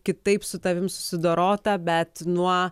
kitaip su tavimi susidorota bet nuo